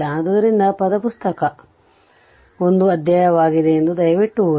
ಆದ್ದರಿಂದ ಪದ ಪುಸ್ತಕವು ಒಂದು ಅಧ್ಯಾಯವಾಗಿದೆ ಎಂದು ದಯವಿಟ್ಟು ಓದಿ